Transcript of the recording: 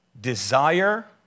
desire